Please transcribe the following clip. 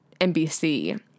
NBC